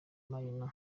marina